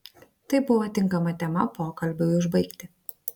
tai buvo tinkama tema pokalbiui užbaigti